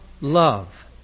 love